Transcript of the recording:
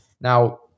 now